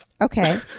Okay